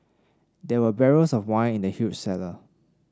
there were barrels of wine in the huge cellar